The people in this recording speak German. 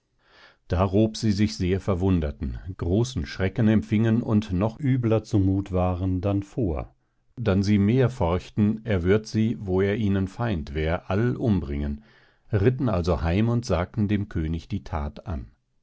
darob sie sich sehr verwunderten großen schrecken empfingen und noch übler zu muth waren dann vor dann sie mehr forchten er würd sie wo er ihnen feind wär all umbringen ritten also heim und sagten dem könig die that an